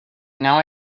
now